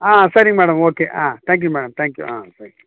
ஆ சரி madam okay ஆ thank you madam thank you ஆ தேங்க் யூ